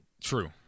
True